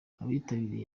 abitabiriye